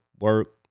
work